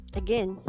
again